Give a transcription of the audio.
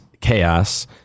chaos